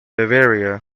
bavaria